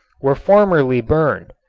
were formerly burned.